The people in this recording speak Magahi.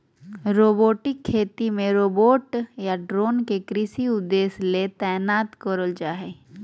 रोबोटिक खेती मे रोबोट या ड्रोन के कृषि उद्देश्य ले तैनात करल जा हई